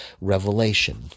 revelation